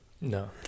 no